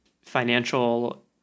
financial